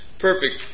Perfect